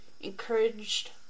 encouraged